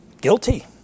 guilty